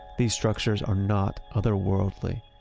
these structures are not other-worldly.